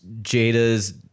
Jada's